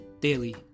Daily